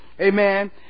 Amen